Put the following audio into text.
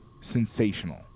Sensational